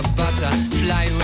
butterfly